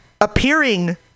appearing